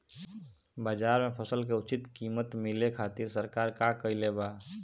बाजार में फसल के उचित कीमत मिले खातिर सरकार का कईले बाऽ?